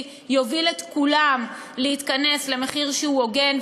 יוביל את כולם להתכנס למחיר שהוא הוגן,